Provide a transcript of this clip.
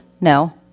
No